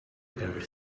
earth